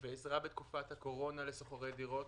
ועזרה בתקופת הקורונה לשוכרי דירות,